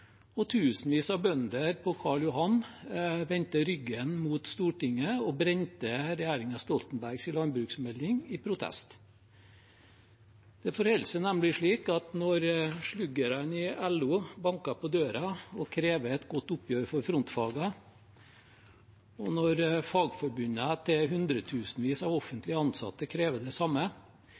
og tusenvis av bønder på Karl Johan vendte ryggen mot Stortinget og brente regjeringen Stoltenbergs landbruksmelding i protest. Det forholder seg nemlig slik at når sluggerne i LO banker på døra og krever et godt oppgjør for frontfagene, og når fagforbundene til hundretusenvis av offentlig ansatte krever det samme,